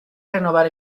renovar